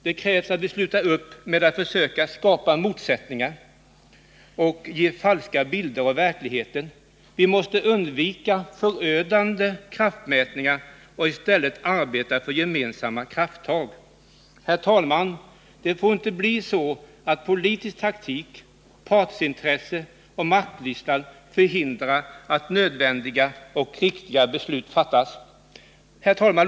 Det krävs att vi slutar upp med att försöka skapa motsättningar och ge falska bilder av verkligheten. Vi måste undvika förödande kraftmätningar och i stället arbeta för gemensamma krafttag. Det får inte, herr talman, bli så att politisk taktik, partsintressen och maktlystnad förhindrar att nödvändiga och riktiga beslut fattas. Herr talman!